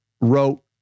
wrote